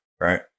right